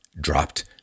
dropped